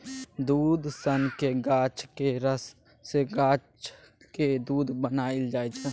दुध सनक गाछक रस सँ गाछक दुध बनाएल जाइ छै